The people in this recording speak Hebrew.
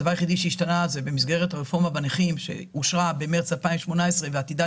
הדבר היחיד שהשתנה זה במסגרת הרפורמה בנכים שאושרה במרץ 2018 ועתידה